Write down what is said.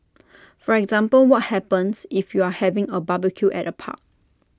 for example what happens if you're having A barbecue at A park